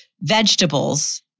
vegetables